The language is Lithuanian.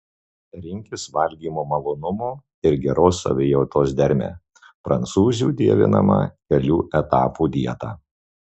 rinkis valgymo malonumo ir geros savijautos dermę prancūzių dievinamą kelių etapų dietą